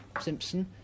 Simpson